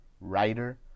writer